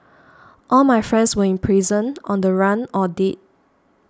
all my friends were in prison on the run or dead